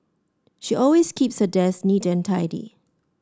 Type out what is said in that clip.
she always keeps her desk neat and tidy